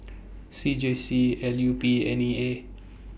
C J C L U P N E A